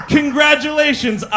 Congratulations